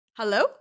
Hello